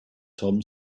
tom